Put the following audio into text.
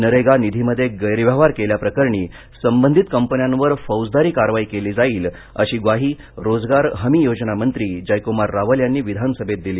नरेगा निधीमध्ये गैरव्यवहार केल्याप्रकरणी संबंधित कपन्यावर फौजदारी कारवाई केली जाईल अशी ग्वाही रोजगार हमी योजना मंत्री जयकुमार रावल यांनी विधानसभेत दिली